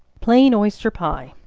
plain oyster pie.